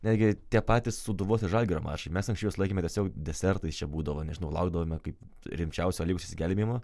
netgi tie patys sūduvos ir žalgirio mačai mes anksčiau juos laikėme tiesiog desertais čia būdavo nežinau laukdavome kaip rimčiausią išsigelbėjimą